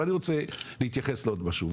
אני רוצה להתייחס לעוד משהו,